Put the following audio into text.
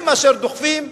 הם אשר דוחפים,